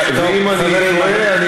אז תראה לי אחר כך,